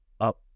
up